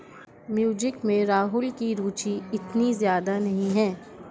music में राहुल की रुचि इतनी ज्यादा नहीं है